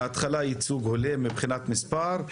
בהתחלה ייצוג הולם מבחינת מספר,